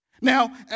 Now